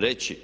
Reći